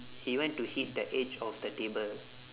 he went to hit the edge of the table